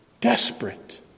Desperate